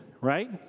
right